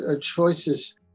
choices